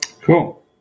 cool